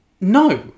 No